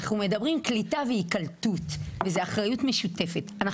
אנחנו מדברים קליטה והיקלטות וזה אחריות משותפת.